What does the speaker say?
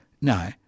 No